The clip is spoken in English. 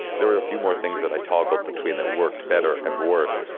there were a few more things that i toggled between that worked better and worse.